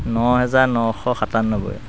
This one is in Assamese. ন হেজাৰ নশ সাতান্নব্বৈ